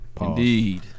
Indeed